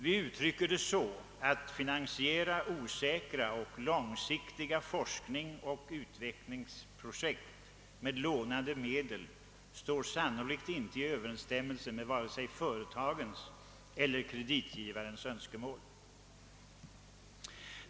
Vi uttrycker det på följande sätt i vårt särskilda yttrande: »Att finansiera osäkra och långsiktiga forskningsoch utvecklingsprojekt med lånade pengar står sannolikt inte i överensstämmelse med vare sig företagens eller kreditgivarens önskemål.